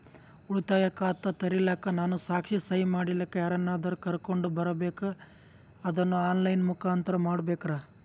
ಉಳಿತಾಯ ಖಾತ ತೆರಿಲಿಕ್ಕಾ ನಾನು ಸಾಕ್ಷಿ, ಸಹಿ ಮಾಡಲಿಕ್ಕ ಯಾರನ್ನಾದರೂ ಕರೋಕೊಂಡ್ ಬರಬೇಕಾ ಅದನ್ನು ಆನ್ ಲೈನ್ ಮುಖಾಂತ್ರ ಮಾಡಬೇಕ್ರಾ?